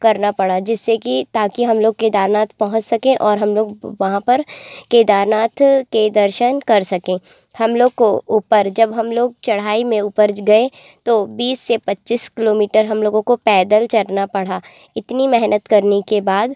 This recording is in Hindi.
करना पड़ा जिससे की ताकि हम लोग केदारनाथ पहुँच सकें और हम लोग वहाँ पर केदारनाथ के दर्शन कर सकें हम लोग को ऊपर जब हम लोग चढ़ाई में ऊपर गए तो बीस से पच्चीस किलोमीटर हम लोगों को पैदल चढ़ना पड़ा इतनी मेहनत करने के बाद